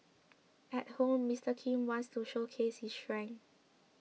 at home Mister Kim wants to showcase his strength